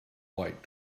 light